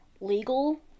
legal